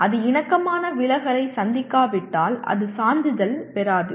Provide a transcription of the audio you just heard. ஆனால் அது இணக்கமான விலகலை சந்திக்காவிட்டால் அது சான்றிதழ் பெறாது